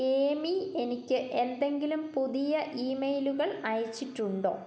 ഏമി എനിക്ക് എന്തെങ്കിലും പുതിയ ഇമെയിലുകൾ അയച്ചിട്ടുണ്ടോ